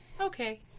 Okay